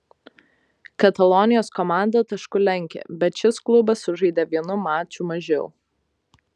katalonijos komanda tašku lenkia bet šis klubas sužaidė vienu maču mažiau